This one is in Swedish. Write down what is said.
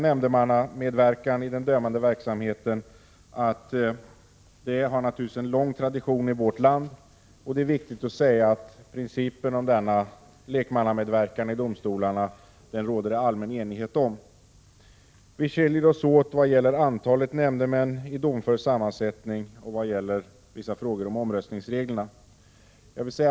Nämndemannamedverkan i den dömande verksamheten har en lång tradition i vårt land, och det är viktigt att säga att det råder allmän enighet om principen om denna lekmannamedverkan i domstolarna. Vi skiljer oss åt när det gäller antalet nämndemän i domför sammansättning och när det gäller vissa frågor om omröstningsreglerna.